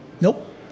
Nope